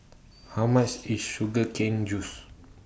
How much IS Sugar Cane Juice